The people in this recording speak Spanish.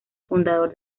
fundador